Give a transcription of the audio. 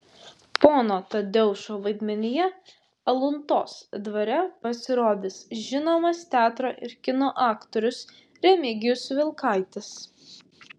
pono tadeušo vaidmenyje aluntos dvare pasirodys žinomas teatro ir kino aktorius remigijus vilkaitis